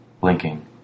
Blinking